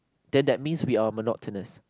then that means we are monotonous